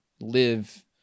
live